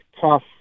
tough